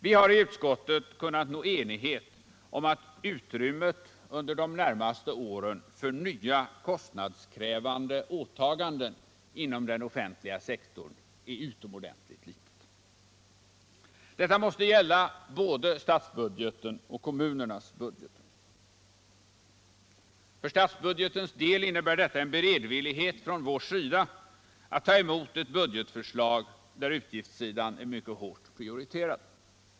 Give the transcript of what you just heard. Vi har i utskottet kunnat nå enighet om att utrymmet under de närmaste åren för nya kostnadskrävande åtaganden inom den offentliga sektorn är utomordentligt litet. Detta måste gälla både statsbudgeten och kommunernas budget. För statsbudgetens del innebär det en beredvillighet från vår sida att ta emot ett budgetförslag, där utgiftssidan är mycket hårt prioriterad.